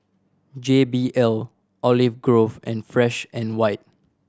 J B L Olive Grove and Fresh and White